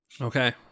Okay